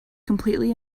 completely